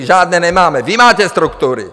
Žádné nemáme, vy máte struktury.